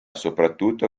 soprattutto